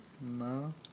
No